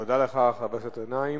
תודה, חבר הכנסת גנאים.